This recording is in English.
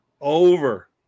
over